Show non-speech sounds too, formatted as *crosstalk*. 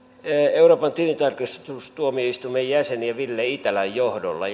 euroopan tilintarkastustuomioistuimen jäseniä ville itälän johdolla *unintelligible*